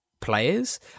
players